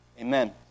amen